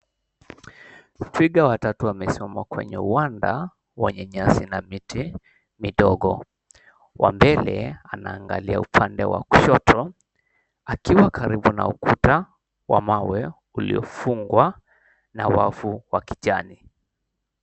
Twiga watatu wamesimama kwenye uwanda wenye nyasi na miti midogo. Wa mbele anaangalia upande wa kushoto akiwa karibu na ukuta wa mawe uliofungwa na wavu wa kijani.